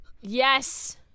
yes